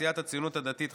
סיעת הציונות הדתית,